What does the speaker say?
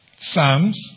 Psalms